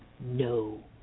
No